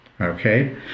okay